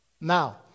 Now